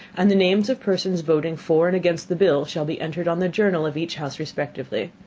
and the names of persons voting for and against the bill shall be entered on the journal of each house respectively.